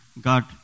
God